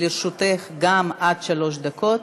גם לרשותך עד שלוש דקות.